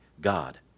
God